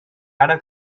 ara